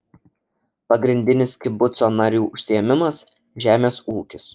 pagrindinis kibuco narių užsiėmimas žemės ūkis